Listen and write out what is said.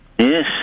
Yes